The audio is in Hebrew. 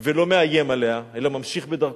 ולא מאיים עליה, אלא ממשיך בדרכו.